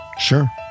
sure